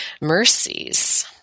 mercies